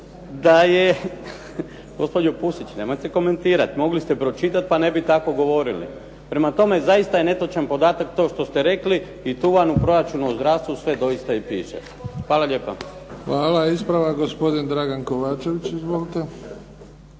da je. Gospođo Pusić nemojte komentirati. Mogli ste pročitati pa ne bi tako govorili. Prema tome, zaista je netočan podatak što ste rekli i to vam u proračunu o zdravstvu sve doista i piše. Hvala lijepa. **Bebić, Luka (HDZ)** Hvala. Ispravak gospodin Dragan Kovačević. Izvolite.